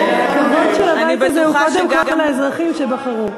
הכבוד של הבית הזה הוא קודם כול האזרחים שבחרו.